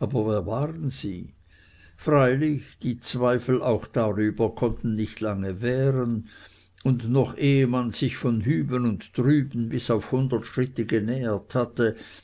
aber wer waren sie freilich die zweifel auch darüber konnten nicht lange währen und noch ehe man sich von hüben und drüben bis auf hundert schritte genähert hatte